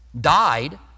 died